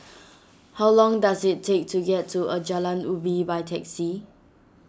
how long does it take to get to a Jalan Ubi by taxi